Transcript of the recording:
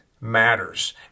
matters